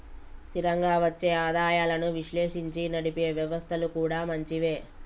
స్థిరంగా వచ్చే ఆదాయాలను విశ్లేషించి నడిపే వ్యవస్థలు కూడా మంచివే